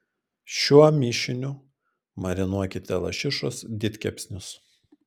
šiuo mišiniu marinuokite lašišos didkepsnius